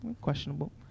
questionable